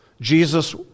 Jesus